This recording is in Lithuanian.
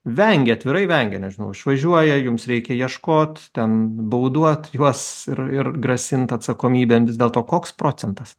vengia atvirai vengia nežinau išvažiuoja jums reikia ieškoti ten bauduot juos ir ir grasinti atsakomybėn vis dėlto koks procentas